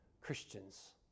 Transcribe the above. Christians